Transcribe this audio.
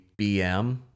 BM